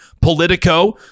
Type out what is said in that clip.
Politico